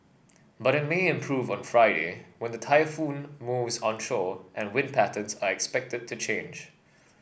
but it may improve on Friday when the typhoon moves onshore and wind patterns are expected to change